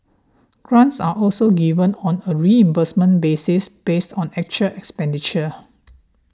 grants are also given on a reimbursement basis based on actual expenditure